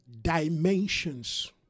Dimensions